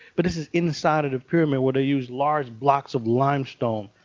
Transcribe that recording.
but this is inside of the pyramid where they use large blocks of limestone.